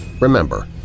remember